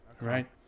right